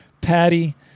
Patty